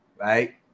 right